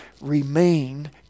remain